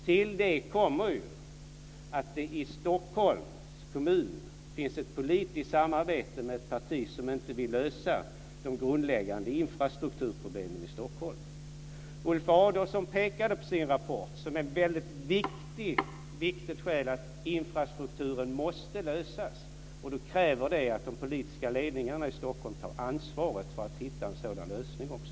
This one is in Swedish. Till det kommer ju att det i Stockholms kommun finns ett politiskt samarbete med ett parti som inte vill lösa de grundläggande infrastrukturproblemen i Stockholm. Ulf Adelsohn pekade i sin rapport på att problemet med infrastrukturen måste lösas. Det kräver att de politiska ledningarna i Stockholm tar ansvar för att hitta en sådan lösning också.